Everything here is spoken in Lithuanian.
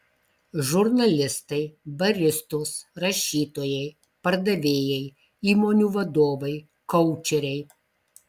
žurnalistai baristos rašytojai pardavėjai įmonių vadovai koučeriai